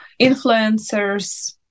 influencers